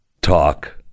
talk